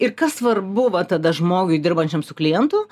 ir kas svarbu va tada žmogui dirbančiam su klientu